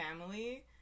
family